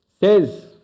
says